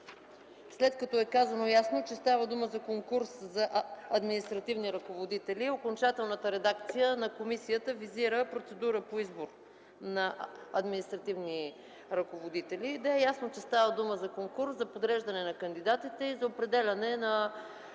след като е казано ясно, че става дума за конкурс за административни ръководители окончателната редакция на комисията визира – процедура по избор на административни ръководители. Не е ясно, че става дума за конкурс, за подреждане на кандидатите и за определяне на